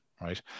right